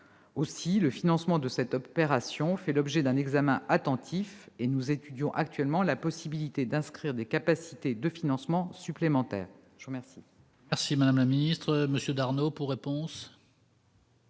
Aussi, le financement de cette opération fait l'objet d'un examen très attentif. En outre, nous étudions actuellement la possibilité d'inscrire des capacités de financement supplémentaires.